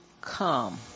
come